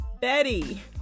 Betty